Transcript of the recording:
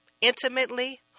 intimately